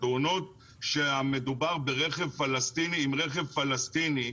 בתאונות שמדובר ברכב פלסטיני עם רכב פלסטיני,